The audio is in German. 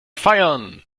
feiern